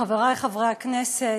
חברי חברי הכנסת,